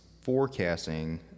forecasting